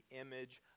image